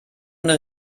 ohne